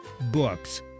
Books